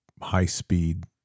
high-speed